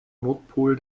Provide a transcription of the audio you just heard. nordpol